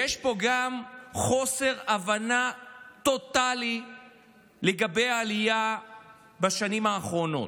יש פה גם חוסר הבנה טוטלי לגבי העלייה בשנים האחרונות.